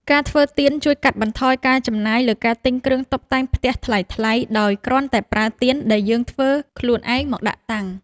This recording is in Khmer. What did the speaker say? ការធ្វើទៀនជួយកាត់បន្ថយការចំណាយលើការទិញគ្រឿងតុបតែងផ្ទះថ្លៃៗ ដោយគ្រាន់តែប្រើទៀនដែលយើងធ្វើខ្លួនឯងមកដាក់តាំង។